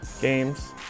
games